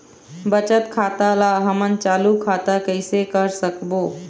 बचत खाता ला हमन चालू खाता कइसे कर सकबो?